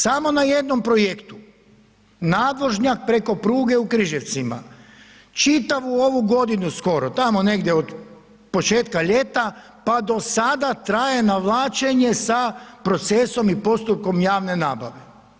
Samo na jednom projektu, nadvožnjak preko pruge u Križevcima čitavu ovu godinu, tamo negdje od početka ljeta pa do sada, traje navlačenje sa procesom i postupkom javne nabave.